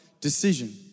decision